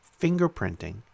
fingerprinting